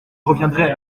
reviendrai